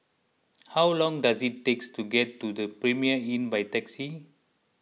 how long does it takes to get to the Premier Inn by taxi